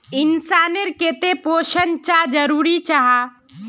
इंसान नेर केते पोषण चाँ जरूरी जाहा?